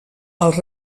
els